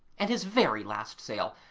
and his very last sail,